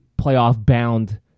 playoff-bound